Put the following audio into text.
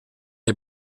les